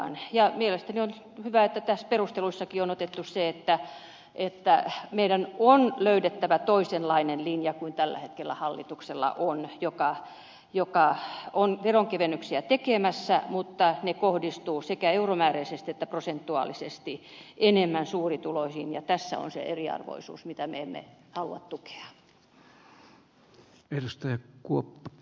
mielestäni on hyvä että perusteluissakin on otettu esiin se että meidän on löydettävä toisenlainen linja kuin tällä hetkellä hallituksella on kun hallitus on tekemässä veronkevennyksiä mutta ne kohdistuvat sekä euromääräisesti että prosentuaalisesti enemmän suurituloisiin ja tässä on se eriarvoisuus mitä me emme halua tukea